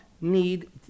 need